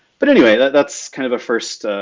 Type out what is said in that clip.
but anyway, that's that's kind of a first